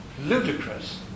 ludicrous